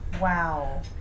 Wow